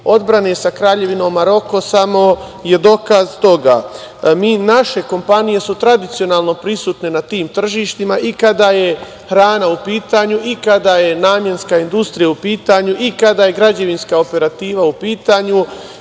odbrane sa Kraljevinom Maroko samo je dokaz toga. Naše kompanije su tradicionalno prisutne na tim tržištima i kada je hrana u pitanju, i kada je namenska industrija u pitanju i kada je građevinska operativa u pitanju